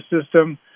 system